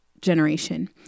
generation